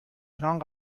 تهران